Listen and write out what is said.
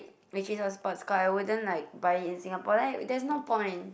which is a sports car I wouldn't like buy it in Singapore like there's no point